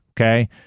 okay